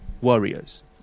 warriors